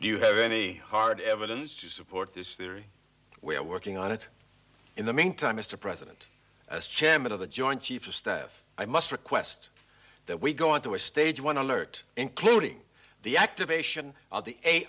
you have any hard evidence to support this theory we are working on it in the meantime mr president as chairman of the joint chiefs of staff i must request that we go into a stage one alert including the activation of the a